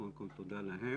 קודם כל, תודה להם.